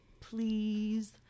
please